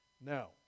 Now